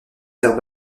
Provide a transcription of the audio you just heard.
terre